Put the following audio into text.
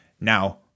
Now